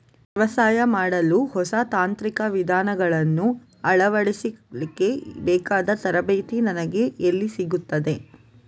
ವ್ಯವಸಾಯ ಮಾಡಲು ಹೊಸ ತಾಂತ್ರಿಕ ವಿಧಾನಗಳನ್ನು ಅಳವಡಿಸಲಿಕ್ಕೆ ಬೇಕಾದ ತರಬೇತಿ ನನಗೆ ಎಲ್ಲಿ ಸಿಗುತ್ತದೆ?